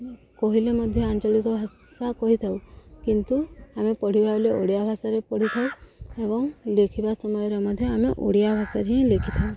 କହିଲେ ମଧ୍ୟ ଆଞ୍ଚଳିକ ଭାଷା କହିଥାଉ କିନ୍ତୁ ଆମେ ପଢ଼ିବା ବେଳେ ଓଡ଼ିଆ ଭାଷାରେ ପଢ଼ିଥାଉ ଏବଂ ଲେଖିବା ସମୟରେ ମଧ୍ୟ ଆମେ ଓଡ଼ିଆ ଭାଷାରେ ହିଁ ଲେଖିଥାଉ